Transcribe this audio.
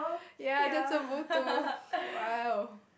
ya that's a motto !wow!